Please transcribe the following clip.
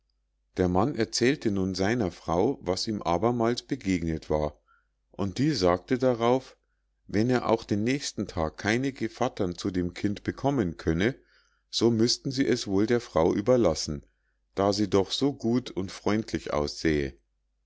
der mann erzählte nun seiner frau was ihm abermals begegnet war und die sagte darauf wenn er auch den nächsten tag keine gevattern zu dem kind bekommen könne so müßten sie es wohl der frau überlassen da sie doch so gut und freundlich aussähe